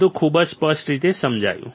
બધું ખૂબ જ સ્પષ્ટ રીતે સમજાયું